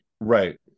right